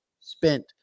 spent